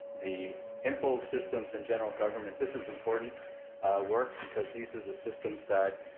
the info systems and general government, this is important work because these are the systems that